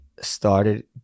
started